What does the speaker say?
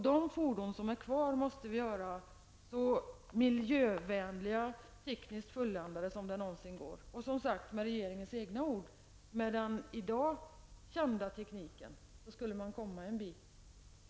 De fordon som är kvar måste göras så miljövänliga och tekniskt fulländade som det någonsin går. Företrädare för regeringen har själva sagt att vi med den i dag kända tekniken skulle komma en bit.